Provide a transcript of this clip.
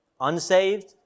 Unsaved